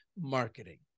marketing